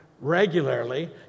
regularly